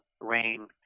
Rain